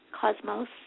cosmos